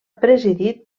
presidit